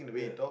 yeah